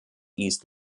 east